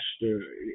master